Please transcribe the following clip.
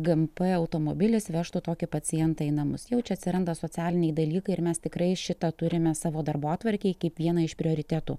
gmp automobilis vežtų tokį pacientą į namus jau čia atsiranda socialiniai dalykai ir mes tikrai šitą turime savo darbotvarkėj kaip vieną iš prioritetų